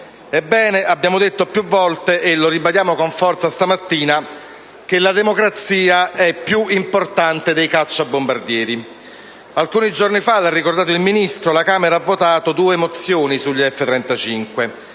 Ebbene, abbiamo detto più volte, e lo ribadiamo con forza stamattina, che la democrazia è più importante dei cacciabombardieri. Alcuni giorni fa, come ha ricordato il Ministro, la Camera dei deputati ha votato due mozioni sugli F-35.